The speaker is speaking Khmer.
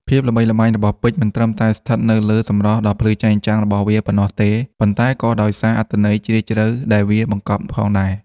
ភាពល្បីល្បាញរបស់ពេជ្រមិនត្រឹមតែស្ថិតនៅលើសម្រស់ដ៏ភ្លឺចែងចាំងរបស់វាប៉ុណ្ណោះទេ ប៉ុន្តែក៏ដោយសារអត្ថន័យជ្រាលជ្រៅដែលវាបង្កប់ផងដែរ។